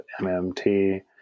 MMT